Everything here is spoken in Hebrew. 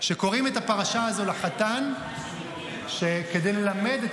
קוראים את הפרשה הזו לחתן כדי ללמד את